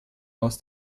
aus